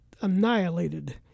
annihilated